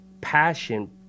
passion